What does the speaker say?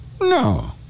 No